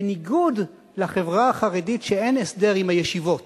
בניגוד לחברה החרדית שם אין הסדר עם הישיבות